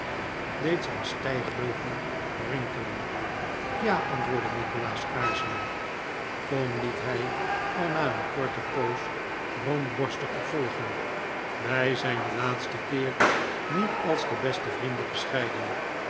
deed zijn stijgbeugel rinkelen ja antwoordde nikolaas aarzelend kom liet hij er na een korte poos rondborstig op volgen wij zijn den laatsten keer niet als de beste vrienden gescheiden